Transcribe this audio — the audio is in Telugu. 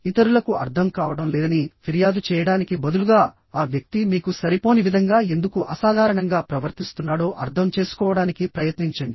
ఇతరులకు అర్థం కావడం లేదని ఫిర్యాదు చేయడానికి బదులుగా ఆ వ్యక్తి మీకు సరిపోని విధంగా ఎందుకు అసాధారణంగా ప్రవర్తిస్తున్నాడో అర్థం చేసుకోవడానికి ప్రయత్నించండి